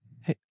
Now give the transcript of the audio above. hey